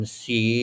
see